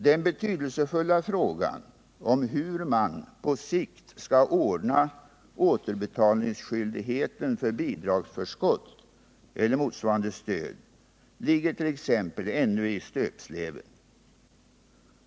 Den betydelsefulla frågan om hur man på sikt skall ordna återbetalningsskyldigheten för bidragsförskott eller motsvarande stöd liggert.ex. ännu i stöpsleven.